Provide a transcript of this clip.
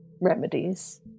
remedies